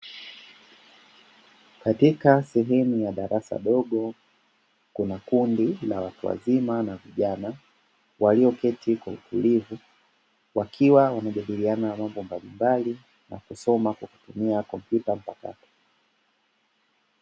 Katika sehemu ya darasa dogo kuna kundi la watu wazima na vijana walioketi kwa utulivu, wakiwa wanajadiliana na mambo mbalimbali na kusoma kwa kutumia kompyuta mpakato.